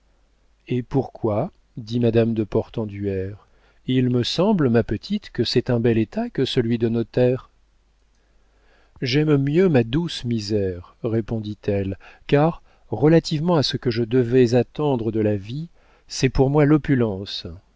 et pourquoi dit madame de portenduère il me semble ma petite que c'est un bel état que celui de notaire j'aime mieux ma douce misère répondit-elle car relativement à ce que je devais attendre de la vie c'est pour moi l'opulence